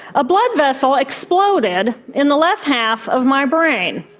a blood vessel exploded in the left half of my brain.